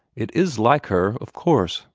it is like her, of course,